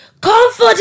Comfort